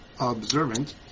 observant